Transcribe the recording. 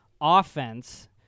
offense